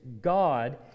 god